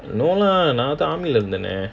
no lah நான்:naan after army lah இருந்தேனே:irunthaenae